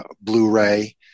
blu-ray